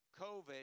COVID